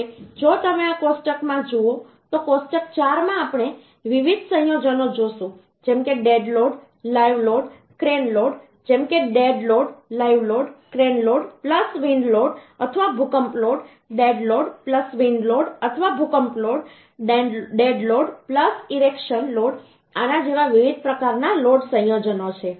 હવે જો તમે આ કોષ્ટકમાં જુઓ તો કોષ્ટક 4 માં આપણે વિવિધ સંયોજનો જોશું જેમ કે dead load live load crane load જેમ કે dead load live load crane load wind load અથવા ભૂકંપ load dead load wind load અથવા ભૂકંપ load dead load erection load આના જેવા વિવિધ પ્રકારના લોડ સંયોજન છે